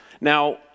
Now